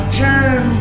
turn